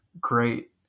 great